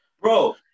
Bro